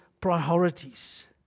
priorities